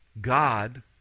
God